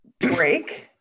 break